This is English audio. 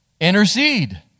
Intercede